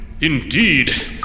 Indeed